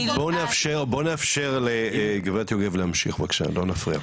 בואי נאפשר לגברת יוגב להמשיך בבקשה, לא נפריע.